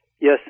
Yes